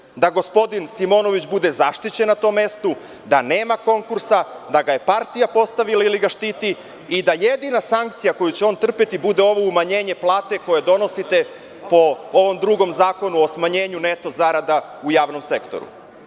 Da li je fer da gospodin Simonović bude zaštićen na tom mestu, da nema konkursa, da ga je partija postavila i da ga štiti i da jedina sankcija koju će on pretrpeti bude ovo umanjenje plate koje donosite po ovom drugom zakonu o smanjenju neto zarada u javnom sektoru?